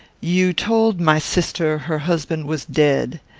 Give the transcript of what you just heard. you told my sister her husband was dead.